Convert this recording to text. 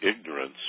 ignorance